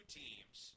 teams